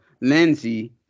Lindsay